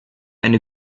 eine